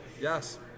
Yes